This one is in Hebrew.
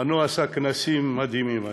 מנו עשה כנסים מדהימים.